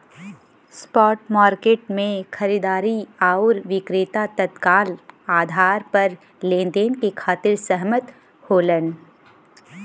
spot market में खरीदार आउर विक्रेता तत्काल आधार पर लेनदेन के खातिर सहमत होलन